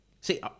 See